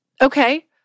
Okay